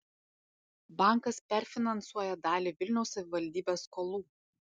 bankas perfinansuoja dalį vilniaus savivaldybės skolų